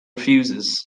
refuses